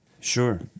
Sure